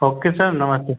okay sir नमस्ते sir